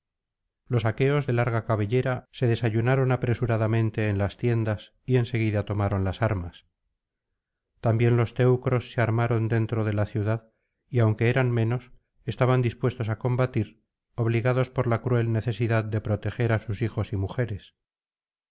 los aqueos de larga cabellera se desayunaron apresuradamente en las tiendas y en seguida tomaron las armas también los teucros se armaron dentro de la ciudad y aunque eran menos estaban dispuestos á combatir obligados por la cruel necesidad de proteger á sus hijos y mujeres